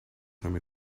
time